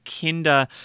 Kinder